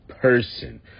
Person